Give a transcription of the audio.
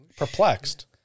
Perplexed